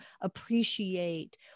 appreciate